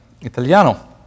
Italiano